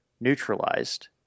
neutralized